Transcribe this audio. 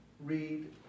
read